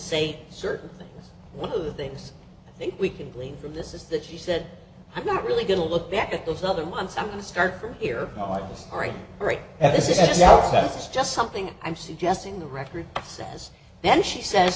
say certain things one of the things i think we can glean from this is that she said i'm not really going to look back at those other months i'm going to start from here all right great and this is now that's just something i'm suggesting the record says then she sa